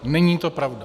Není to pravda.